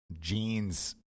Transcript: jeans